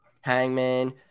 Hangman